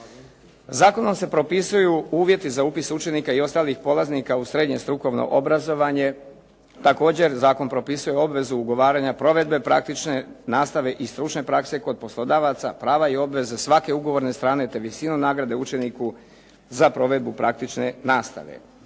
Zakonom se propisuju uvjeti za upis učenika i ostalih polaznika u srednje strukovno obrazovanje. Također zakon propisuje obvezu ugovaranja provedbe praktične nastave i stručne prakse kod poslodavaca, prava i obveze svake ugovorne strane te visinu nagrade učeniku za provedbu praktične nastave.